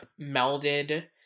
melded